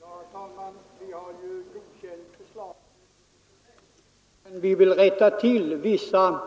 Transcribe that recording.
Herr talman! Vi har godkänt förslaget i och för sig men vi vill rätta till vissa